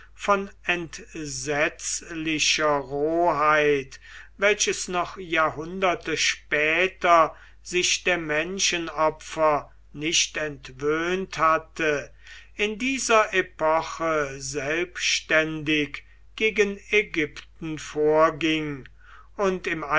von entsetzlicher roheit welches noch jahrhunderte später sich der menschenopfer nicht entwöhnt hatte in dieser epoche selbständig gegen ägypten vorging und im